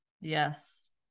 yes